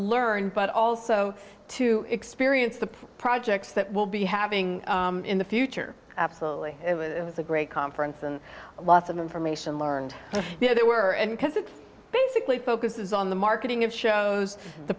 learn but also to experience the projects that will be having in the future absolutely it was a great conference and lots of information learned there were and because it basically focuses on the marketing of shows the